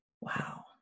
Wow